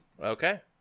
Okay